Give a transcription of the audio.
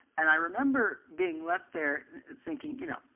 and i remember being left there thinking, you know,